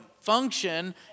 function